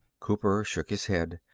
cooper shook his head.